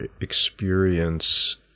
experience